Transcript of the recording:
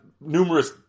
numerous